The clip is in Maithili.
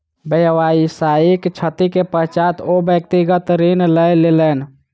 व्यावसायिक क्षति के पश्चात ओ व्यक्तिगत ऋण लय लेलैन